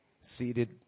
seated